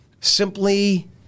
simply